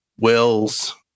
wills